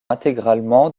intégralement